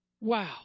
Wow